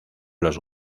los